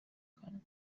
کنم